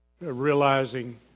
realizing